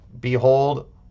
behold